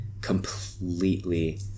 completely